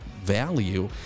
value